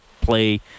play